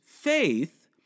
faith